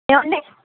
ఏవండీ